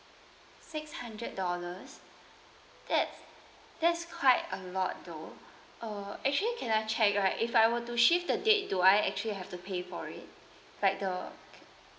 six hundred dollars that's that's quite a lot though uh actually can I check right if I were to shift the date do I actually have to pay for it like the